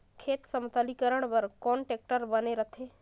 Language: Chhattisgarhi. खेत समतलीकरण बर कौन टेक्टर बने रथे?